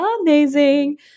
amazing